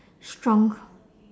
shrunk